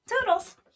Toodles